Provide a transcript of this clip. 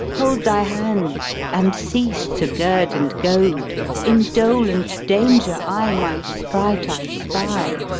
hold thy hand and cease to gird and goad in dole and danger aye my sprite i spy!